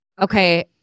Okay